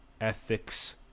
ethics